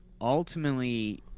ultimately